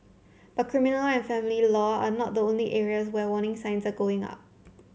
but criminal and family law are not the only areas where warning signs are going up